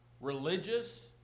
religious